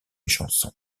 chanson